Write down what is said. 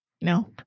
No